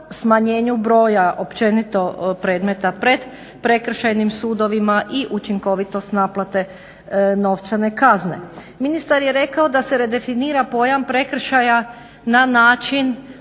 smanjenju broja općenito predmeta pred prekršajnim sudovima i učinkovitost naplate novčane kazne. Ministar je rekao da se redefinira pojam prekršaja na način